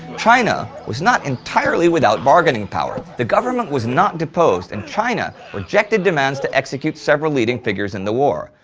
china was not entirely without bargaining power. the government was not deposed, and china rejected demands to execute several leading figures in the war.